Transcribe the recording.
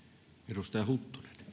arvoisa